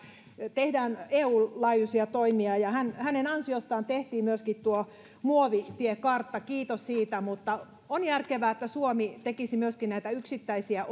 tehdään eun laajuisia toimia hänen ansiostaan tehtiin myöskin tuo muovitiekartta kiitos siitä mutta on järkevää että suomi tekisi myöskin näitä yksittäisiä